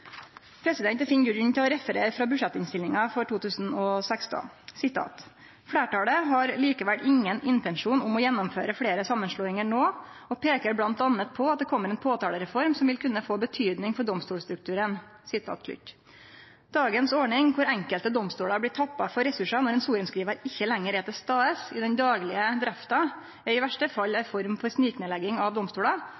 grunn til å referere frå budsjettinnstillinga for 2016: «Flertallet har likevel ingen intensjon om å gjennomføre flere sammenslåinger nå, og peker blant annet på at det kommer en påtalerefom som vil kunne få betydning for domstolsstrukturen.» Dagens ordning der enkelte domstolar blir tappa for ressursar når ein sorenskrivar ikkje lenger er til stades i den daglege drifta, er i verste fall